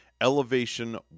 Elevation